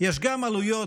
יש גם עלויות